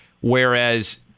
whereas